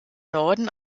norden